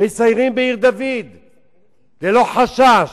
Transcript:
מסיירים בעיר-דוד ללא חשש.